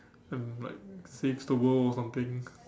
and like saves the world or something